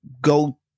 go